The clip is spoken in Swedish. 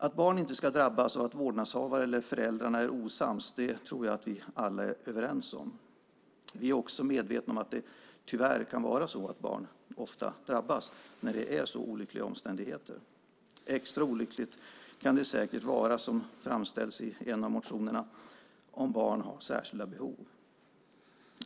Att barn inte ska drabbas av att vårdnadshavare eller föräldrar är osams tror jag att vi alla är överens om. Vi är också medvetna om att det tyvärr kan vara så att barn ofta drabbas när det är så olyckliga omständigheter. Extra olyckligt kan det säkert vara, som framställs i en av motionerna, om barn har särskilda behov.